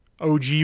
OG